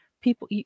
People